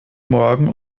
morgen